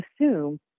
assume